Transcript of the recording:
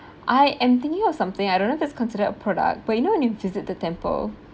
I am thinking of something I don't know if it's considered a product but you know when you visit the temple